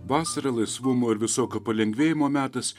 vasara laisvumo ir visokio palengvėjimo metas